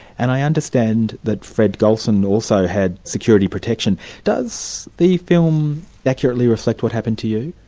and i understand that fred gulson also had security protection. does the film accurately reflect what happened to you?